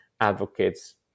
advocates